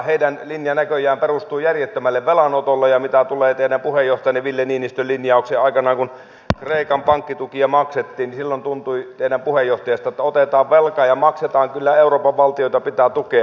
heidän linjansa näköjään perustuu järjettömälle velanotolle ja mitä tulee teidän puheenjohtajanne ville niinistön linjauksiin aikanaan kun kreikan pankkitukia maksettiin niin silloin tuntui teidän puheenjohtajastanne että otetaan velkaa ja maksetaan kyllä euroopan valtioita pitää tukea